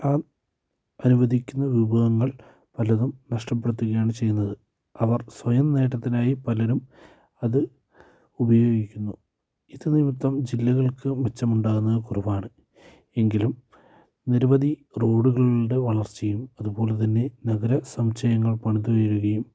ആ അനുവദിക്കുന്ന വിഭവങ്ങൾ പലതും നഷ്ടപ്പെടുത്തുകയാണ് ചെയ്യുന്നത് അവർ സ്വയം നേട്ടത്തിനായി പലരും അത് ഉപയോഗിക്കുന്നു ഇത് നിമിത്തം ജില്ലകൾക്ക് മെച്ചമുണ്ടാകുന്നത് കുറവാണ് എങ്കിലും നിരവധി റോഡുകളുടെ വളർച്ചയും അതുപോലെതന്നെ നഗര സമുച്ഛയങ്ങൾ പണിതുയരുകയും